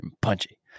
punchy